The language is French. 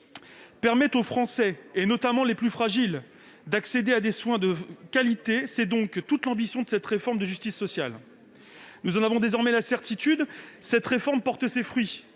Permettre aux Français, notamment les plus fragiles, d'accéder à des soins de qualité : telle est l'ambition de cette réforme de justice sociale. Nous en avons désormais la certitude : cette réforme porte ses fruits.